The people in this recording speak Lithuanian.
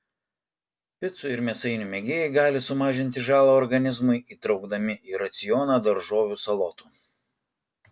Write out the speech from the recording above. picų ir mėsainių mėgėjai gali sumažinti žalą organizmui įtraukdami į racioną daržovių salotų